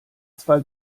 zwar